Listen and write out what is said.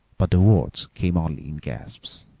but the words came only in gasps.